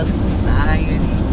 society